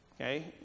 Okay